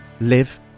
live